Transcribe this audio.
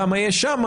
כמה יש שם,